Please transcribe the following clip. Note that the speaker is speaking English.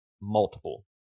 multiple